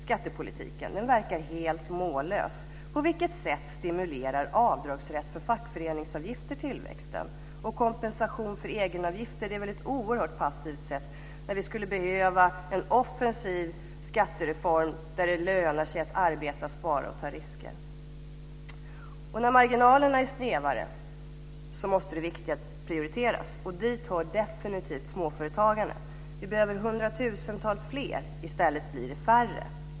Skattepolitiken verkar helt mållös. På vilket sätt stimulerar avdragsrätten för fackföreningsavgifter tillväxten? Och kompensation för egenavgifter är väl ett oerhört passivt sätt, när vi skulle behöva en offensiv skattereform som gör att det lönar sig att arbeta, spara och ta risker. När marginalerna är snävare måste det viktiga prioriteras, och dit hör definivit småföretagandet. Vi behöver hundratusentals fler, i stället blir det färre.